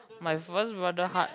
my first brother hard